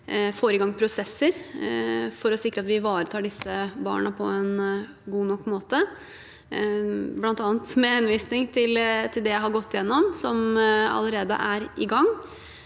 man får i gang prosesser for å sikre at vi ivaretar disse barna på en god nok måte. Blant annet med henvisning til det jeg har gått igjennom, som allerede er i gang,